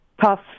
tough